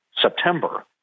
September